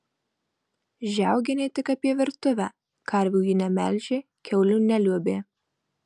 žiaugienė tik apie virtuvę karvių ji nemelžė kiaulių neliuobė